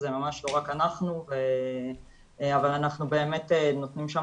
זה ממש לא רק אנחנו אבל אנחנו באמת נותנים שם